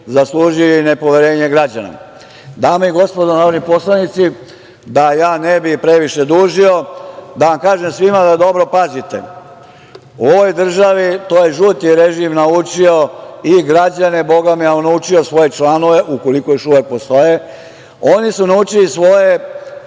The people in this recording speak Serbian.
zaslužili nepoverenje građana. Dame i gospodo narodni poslanici, da ja ne bih previše dužio, da vam kažem svima da dobro pazite. U ovoj državi je žuti režim naučio i građane, bogami, a naučio i svoje članove, ukoliko još uvek postoje, oni su naučili svoje